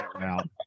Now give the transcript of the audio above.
out